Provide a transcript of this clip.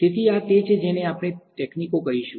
તેથી આ તે છે જેને આપણે તકનીકોને કહીશું